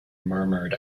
murmured